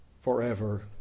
forever